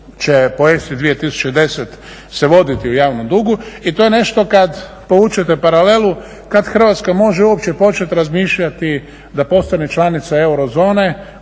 će po ESA-i 2010. se voditi u javnom dugu. I to je nešto kad povučete paralelu kad Hrvatska može uopće razmišljati da postane članica eurozone